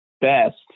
best